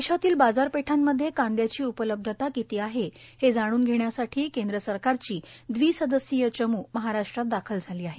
देषातील बाजारपेठांमध्ये कांद्याची उपलब्धता किती आहे हे जाणून घेण्यासाठी केंद्र सरकारची द्वि सदस्यीय चमू महाराश्ट्रात दाखल झाली आहे